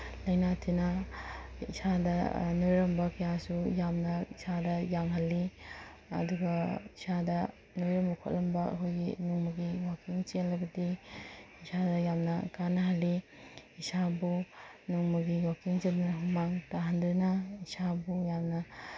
ꯂꯥꯏꯅꯥ ꯇꯤꯅꯥ ꯏꯁꯥꯗ ꯅꯣꯏꯔꯝꯕ ꯀꯌꯥꯁꯨ ꯌꯥꯝꯅ ꯏꯁꯥꯗ ꯌꯥꯡꯍꯜꯂꯤ ꯑꯗꯨꯒ ꯏꯁꯥꯗ ꯅꯣꯏꯔꯝꯕ ꯈꯣꯠꯂꯝꯕ ꯑꯩꯈꯣꯏꯒꯤ ꯅꯣꯡꯃꯒꯤ ꯋꯥꯛꯀꯤꯡ ꯆꯦꯜꯂꯒꯗꯤ ꯏꯁꯥꯗ ꯌꯥꯝꯅ ꯀꯥꯟꯅꯍꯜꯂꯤ ꯏꯁꯥꯕꯨ ꯅꯣꯡꯃꯒꯤ ꯋꯥꯛꯀꯤꯡ ꯆꯦꯟꯗꯨꯅ ꯍꯨꯃꯥꯡ ꯇꯥꯍꯟꯗꯨꯅ ꯏꯁꯥꯕꯨ ꯌꯥꯝꯅ